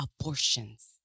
abortions